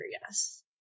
yes